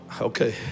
okay